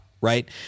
right